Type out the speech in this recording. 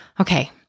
Okay